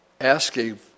asking